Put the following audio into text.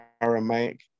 Aramaic